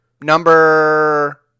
Number